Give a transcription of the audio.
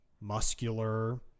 muscular